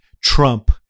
Trump